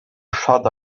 shut